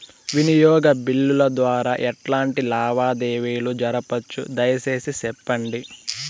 వినియోగ బిల్లుల ద్వారా ఎట్లాంటి లావాదేవీలు జరపొచ్చు, దయసేసి సెప్పండి?